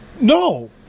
No